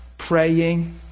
praying